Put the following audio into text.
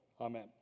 Amen